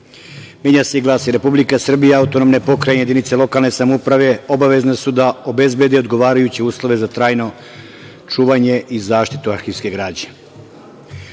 menja se i glasi: „Republika Srbija, autonomne pokrajine i jedinice lokalne samouprave obavezne su da obezbede odgovarajuće uslove za trajno čuvanje i zaštitu arhivske građe. Kao